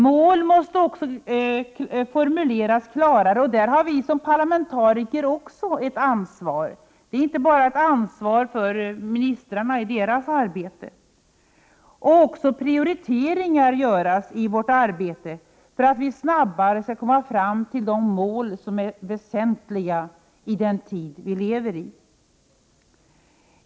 Målen måste formuleras klarare — och där har vi parlamentariker ett ansvar; det är inte bara ett ansvar för ministrarna i deras arbete — och prioriteringar göras för att vi snabbare skall nå fram till de mål som är väsentliga i den tid vi lever i.